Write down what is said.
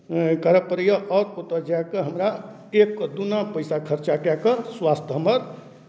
करय पड़ैए आओर ओतय जाए कऽ हमरा एकके दुन्ना पैसा खर्चा कए कऽ स्वास्थ्य हमर